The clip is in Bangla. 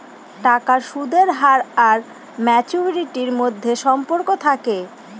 টাকার সুদের হার আর ম্যাচুরিটির মধ্যে সম্পর্ক থাকে